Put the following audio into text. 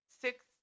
six